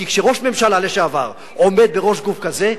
כי כשראש ממשלה לשעבר עומד בראש גוף כזה,